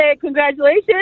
congratulations